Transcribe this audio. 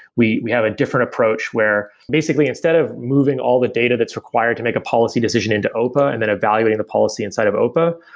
we we have a different approach where basically instead of moving all the data that's required to make a policy decision into opa and then evaluating the policy inside of opa,